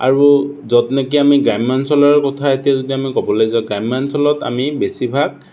আৰু য'ত নেকি আমি গ্ৰাম্যাঞ্চলৰ কথা এতিয়া যদি আমি ক'বলৈ যাওঁ গ্ৰাম্যাঞ্চলত আমি বেছিভাগ